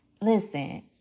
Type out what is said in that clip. Listen